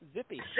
Zippy